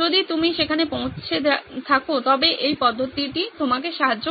যদি আপনি সেখানে পৌঁছে থাকেন তবে এই পদ্ধতিটি আপনাকে সাহায্য করবে